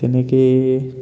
তেনেকেই